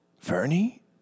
Vernie